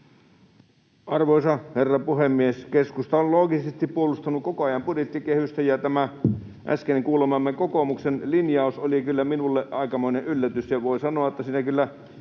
Arvoisa herra puhemies! Keskusta on loogisesti koko ajan puolustanut budjettikehystä, ja tämä äsken kuulemamme kokoomuksen linjaus oli kyllä minulle aikamoinen yllätys, ja voi sanoa, että siinä kyllä